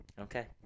okay